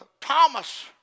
Thomas